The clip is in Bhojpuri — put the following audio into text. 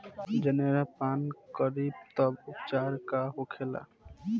जनेरा पान करी तब उपचार का होखेला?